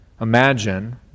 Imagine